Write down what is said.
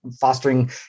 fostering